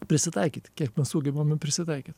prisitaikyt kiek mes sugebame prisitaikyt